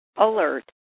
Alert